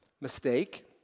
mistake